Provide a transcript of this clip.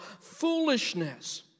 foolishness